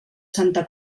santa